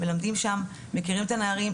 מלמדים שם, מכירים את הנערים.